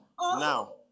now